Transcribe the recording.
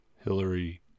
Hillary